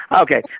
okay